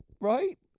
right